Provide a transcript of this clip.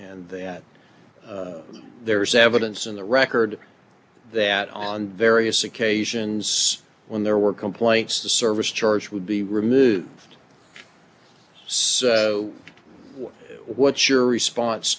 and that there is evidence in the record that on various occasions when there were complaints the service charge would be removed so what what's your response